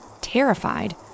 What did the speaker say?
Terrified